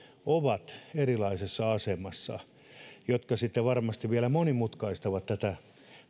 ovat erilaisessa asemassa mikä varmasti vielä monimutkaistaa tätä